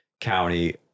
county